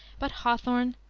but hawthorne,